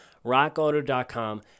RockAuto.com